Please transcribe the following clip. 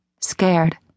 scared